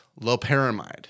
loperamide